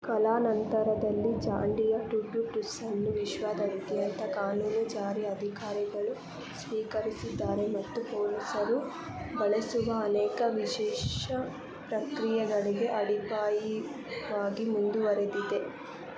ಕಾಲಾನಂತರದಲ್ಲಿ ಜಾಂಡಿಯ ಟುಟುಟುಸ್ಸನ್ನು ವಿಶ್ವಾದ್ಯಂತ ಕಾನೂನು ಜಾರಿ ಅಧಿಕಾರಿಗಳು ಸ್ವೀಕರಿಸಿದ್ದಾರೆ ಮತ್ತು ಪೊಲೀಸರು ಬಳಸುವ ಅನೇಕ ವಿಶೇಷ ಪ್ರಕ್ರಿಯೆಗಳಿಗೆ ಅಡಿಪಾಯವಾಗಿ ಮುಂದುವರೆದಿದೆ